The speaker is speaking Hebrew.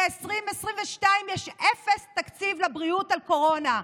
ב-2022 יש אפס תקציב לבריאות לקורונה.